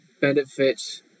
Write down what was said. benefit